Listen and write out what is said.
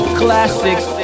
classics